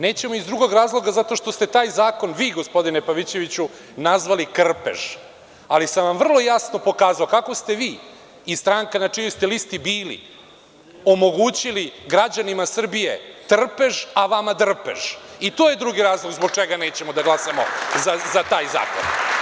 Nećemo iz drugog razloga zato što ste taj zakon vi gospodine Pavićeviću nazvali krpež, ali sam vam vrlo jasno pokazao kako ste vi i stranka na čijoj ste listi bili, omogućili građanima Srbije trpež, a vama drpež i to je drugi razlog zbog čega nećemo da glasamo za taj zakon.